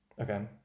Okay